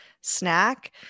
snack